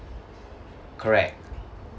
correct